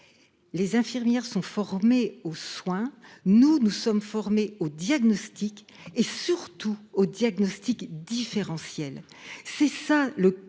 Les infirmières sont formés aux soins. Nous nous sommes formés au diagnostic et surtout au diagnostic différentiel. C'est ça le coeur